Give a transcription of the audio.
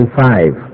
five